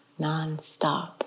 nonstop